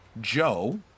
joe